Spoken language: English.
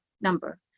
number